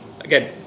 again